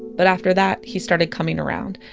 but after that, he started coming around,